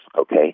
okay